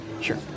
Sure